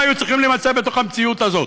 היו צריכים להימצא בתוך המציאות הזאת.